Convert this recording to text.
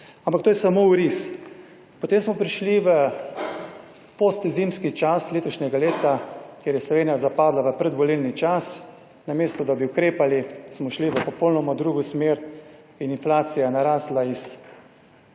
ampak to je samo oris. Potem smo prišli v post zimski čas letošnjega leta kjer je Slovenija zapadla v predvolilni čas, namesto, da bi ukrepali smo šli v popolnoma drugo smer in inflacija je narasla iz